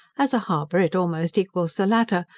as a harbour it almost equals the latter,